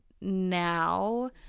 now